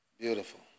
Beautiful